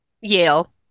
Yale